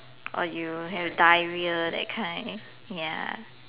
or you have diarrhoea that kind ya